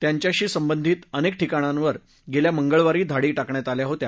त्यांच्याशी संबंधित अनेक ठिकाणांवर गेल्या मंगळवारी धाडी क्रिण्यात आल्या होत्या